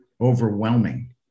overwhelming